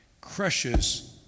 crushes